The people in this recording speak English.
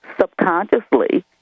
subconsciously